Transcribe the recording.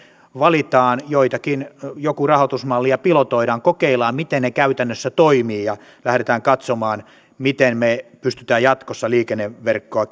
valitaan joku rahoitusmalli ja pilotoidaan kokeillaan miten ne käytännössä toimivat ja lähdetään katsomaan miten me pystymme jatkossa liikenneverkkoa